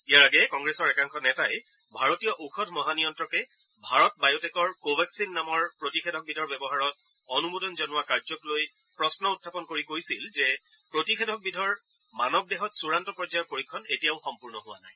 ইয়াৰ আগেয়ে কংগ্ৰেছৰ একাংশ নেতাই ভাৰতীয় ঔষধ মহানিয়ন্ত্ৰকে ভাৰত বায়টেকৰ কোৱাক্সিন নামৰ প্ৰতিষেধক বিধৰ ব্যৱহাৰত অনুমোদন জনোৱা কাৰ্যকলৈ প্ৰন্ন উত্থাপন কৰি কৈছিল যে প্ৰতিষেধক বিধৰ মানৱ দেহত চূড়ান্ত পৰ্যায়ৰ পৰীক্ষণ এতিয়াও সম্পূৰ্ণ হোৱা নাই